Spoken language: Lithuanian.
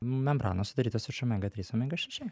membranos sudarytos iš omega trys omega šeši